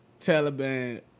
Taliban